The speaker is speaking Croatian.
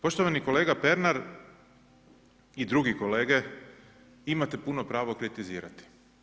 Poštovani kolega Pernar i drugi kolege, imate puno pravo kritizirati.